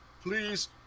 please